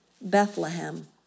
Bethlehem